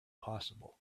possible